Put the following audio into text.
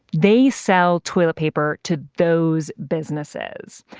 they sell toilet paper to those businesses,